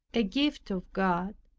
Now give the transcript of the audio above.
a gift of god,